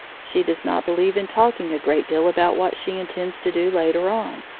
she does not believe in talking a great deal about what she intends to do later on.